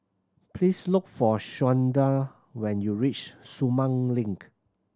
please look for Shawnda when you reach Sumang Link